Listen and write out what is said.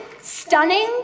stunning